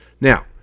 Now